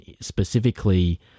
specifically